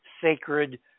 sacred